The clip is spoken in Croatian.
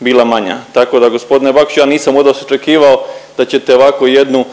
bila manja. Tako da gospodine Bakiću ja nisam od vas očekivao da ćete ovako jednu